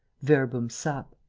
verbum sap.